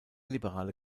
liberale